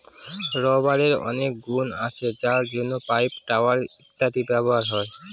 রাবারের অনেক গুন আছে যার জন্য পাইপ, টায়ার ইত্যাদিতে ব্যবহার হয়